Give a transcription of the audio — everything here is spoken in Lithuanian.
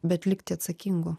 bet likti atsakingu